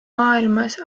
maailmas